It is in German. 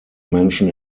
menschen